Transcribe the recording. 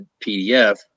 PDF